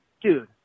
dude